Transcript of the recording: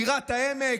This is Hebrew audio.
בירת העמק.